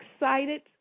excited